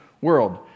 world